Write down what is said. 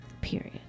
Period